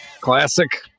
Classic